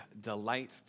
delight